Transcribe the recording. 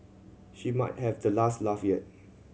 she might have the last laugh yet